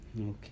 Okay